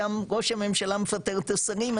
שם ראש הממשלה מפטר את השרים,